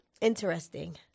interesting